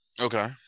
okay